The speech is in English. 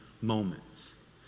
moments